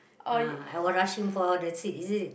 uh I were rushing for the seat isn't it